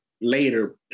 later